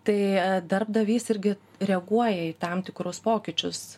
tai darbdavys irgi reaguoja į tam tikrus pokyčius